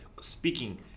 speaking